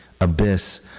abyss